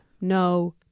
no